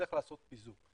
צריך לעשות פיזור.